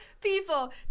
people